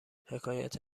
حکایت